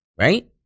right